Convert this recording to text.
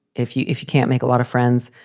if you if you can't make a lot of friends,